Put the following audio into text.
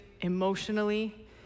emotionally